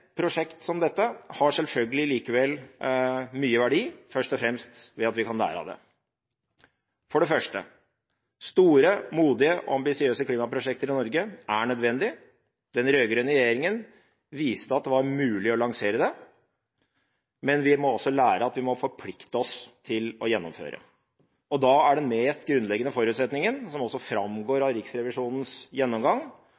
prosjekt som dette har selvfølgelig likevel mye verdi, først og fremst ved at vi kan lære av det. For det første: Store, modige, ambisiøse klimaprosjekter i Norge er nødvendig. Den rød-grønne regjeringen viste at det var mulig å lansere det, men vi må altså lære at vi må forplikte oss til å gjennomføre. Da er den mest grunnleggende forutsetningen, som også framgår